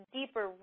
deeper